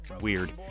Weird